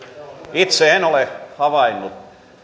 itse en ole havainnut